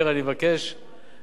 להמשיך להתדיין בעניין הזה,